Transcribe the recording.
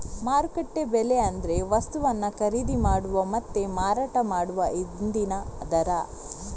ಮಾರುಕಟ್ಟೆ ಬೆಲೆ ಅಂದ್ರೆ ವಸ್ತುವನ್ನ ಖರೀದಿ ಮಾಡುವ ಮತ್ತೆ ಮಾರಾಟ ಮಾಡುವ ಇಂದಿನ ದರ